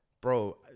bro